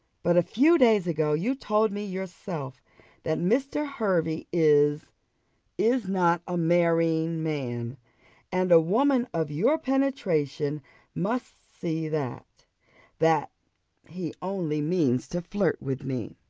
but a few days ago you told me yourself that mr. hervey is is not a marrying man and a woman of your penetration must see that that he only means to flirt with me.